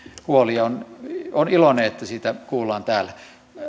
huoli ja olen iloinen että siitä kuullaan täällä